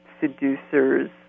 seducers